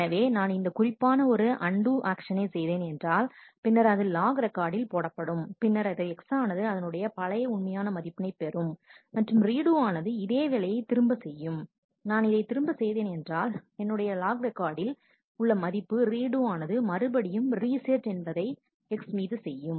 எனவே நான் இந்த குறிப்பான ஒரு அண்டு ஆக்ஷனை செய்தேன் என்றால் பின்னர் அது லாக் ரெக்கார்டில் போடப்படும் பின்னர் X ஆனது அதனுடைய பழைய உண்மையான மதிப்பை பெறும் மற்றும் ரீடு ஆனது இதே வேலையை திரும்ப செய்யும் நான் இதை திரும்ப செய்தேன் என்றால் அதனுடைய லாக் ரெக்கார்டில் உள்ள மதிப்பு ரீடு ஆனது மறுபடியும் ரீ செட் என்பதை X மீது செய்யும்